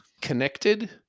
connected